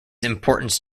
importance